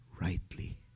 rightly